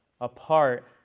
apart